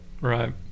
Right